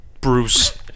Bruce